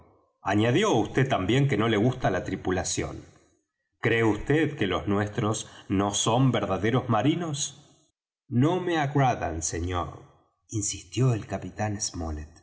añadió vd también que no le gusta la tripulación cree vd que los nuestros no son verdaderos marinos no me agradan señor insistió el capitán